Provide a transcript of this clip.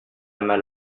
mal